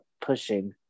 pushing